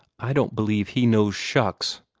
i don't believe he knows shucks!